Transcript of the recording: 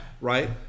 right